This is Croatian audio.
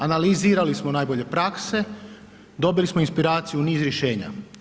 Analizirali smo najbolje prakse, dobili smo inspiraciju i niz rješenja.